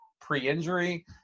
pre-injury